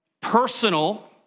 Personal